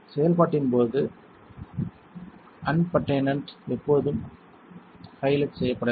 செயல்பாட்டின் போது அன்பட்டேனெட் எப்போதும் ஹைலைட் செய்யப்பட வேண்டும்